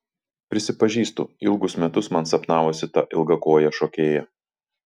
prisipažįstu ilgus metus man sapnavosi ta ilgakojė šokėja